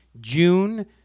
June